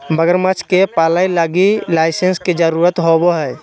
मगरमच्छ के पालय लगी लाइसेंस के जरुरत होवो हइ